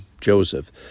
Joseph